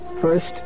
First